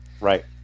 Right